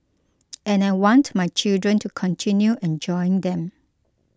and I want my children to continue enjoying them